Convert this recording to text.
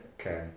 okay